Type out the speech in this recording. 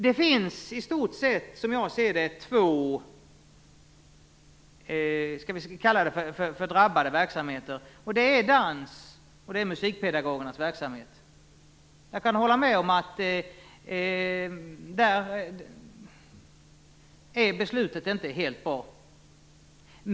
Det finns som jag ser det två drabbade verksamheter, dans och musikpedagogernas verksamhet. Jag kan hålla med om att beslutet där inte är helt bra.